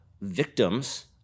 victims